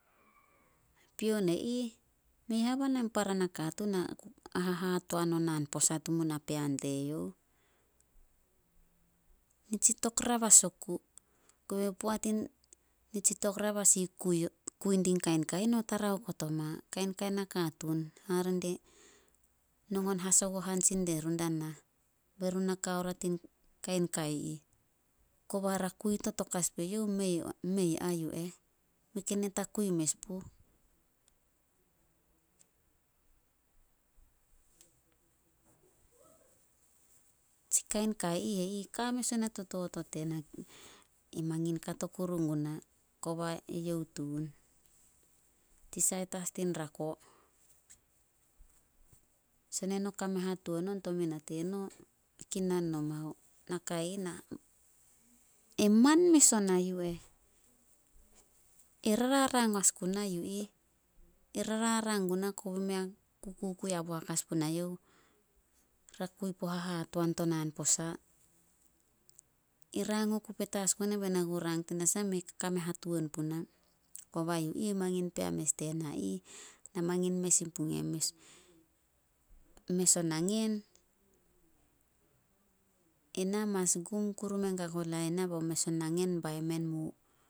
Pion e ih, mei haban an para nakatuun a- a hahatoan o naan posa tumun napean teyouh. Nitsi tokrabas oku. kobe poat nitsi tokrabas i ih kui- kui din kain kai ih, no tara okot oma. Kainkain nakatuun, hare de nongon hasagohan sin dierun da nah, be run na kao ria tin kain kai ih. Koba ra kui totok as pue youh, mei a yu eh. Mei ken e takui mes puh. Tsi kain kai ih ka mes ona to totot tena. E mangin kato kuru guna. Koba eyouh tun, tin sait as tin rako. Son eno kame hatuan on to mina teno, kinan nomao, e man mes ona yu eh. E rarang as guna yu ih. Rarang guna kobei mei a kukukui haboak as punai youh. Kui puo hahatoan to naan posa. Rang oku petas guana be na ku rang, tanasah mei kakame hatuan puna. Koba yu ih, mangin pea mes tena ih, na mangin mes sin pugun e eh, mes- mes o nangen, ena mas gum kuru menga go lain na bai mes o nangen bai men mu